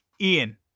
Ian